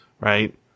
right